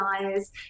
desires